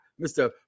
Mr